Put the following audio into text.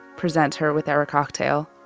present her with our cocktail.